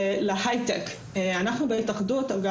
ללשכת עורכי הדין -- אבל זה דבר אחר